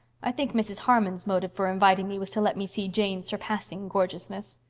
i think mrs. harmon's motive for inviting me was to let me see jane's surpassing gorgeousness.